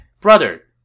Brother